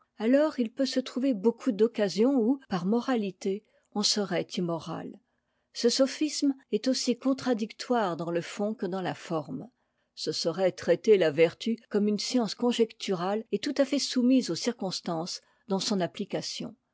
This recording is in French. alors il peut se trouver beaucoup d'occasions où par moralité on serait immoral ce sophisme est aussi contradictoire dans le fond que dans la forme ce serait traiter la vertu comme une science conjecturale et tout à fait soumise aux circonstances dans son application